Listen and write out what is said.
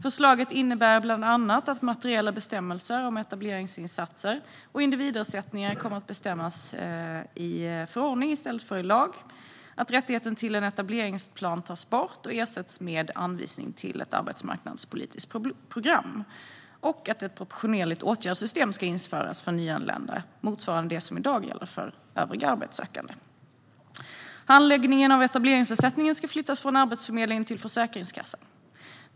Förslaget innebär bland annat att materiella bestämmelser om etableringsinsatser och individersättningar kommer att bestämmas i förordning i stället för i lag, att rättigheten till en etableringsplan tas bort och ersätts med anvisning till ett arbetsmarknadspolitiskt program och att ett proportionerligt åtgärdssystem ska införas för nyanlända motsvarande det som i dag gäller för övriga arbetssökande. Handläggningen av etableringsersättningen ska flyttas från Arbetsförmedlingen till Försäkringskassan.